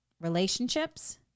relationships